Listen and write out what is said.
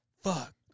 fuck